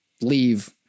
leave